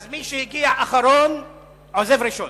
אז מי שהגיע אחרון עוזב ראשון,